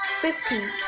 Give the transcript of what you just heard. fifteen